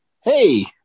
Hey